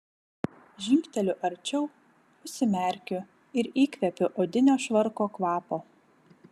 žingteliu arčiau užsimerkiu ir įkvepiu odinio švarko kvapo